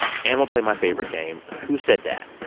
and we'll play my favorite game, who said that?